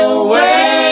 away